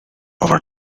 over